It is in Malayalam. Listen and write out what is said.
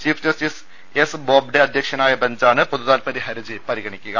ചീഫ് ജസ്റ്റിസ് എസ് ബോബ്ഡെ അധ്യക്ഷനായ ബെഞ്ചാണ് പൊതുതാത്പര്യ ഹർജി പരിഗണിക്കുക